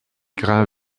grains